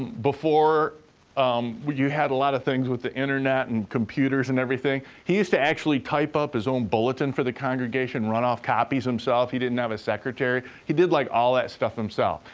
before um you had a lot of things with the internet and computers and everything, he used to actually type up his own bulletin for the congregation, run off copies himself. he didn't have a secretary. he did, like, all that stuff himself.